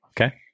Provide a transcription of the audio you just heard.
Okay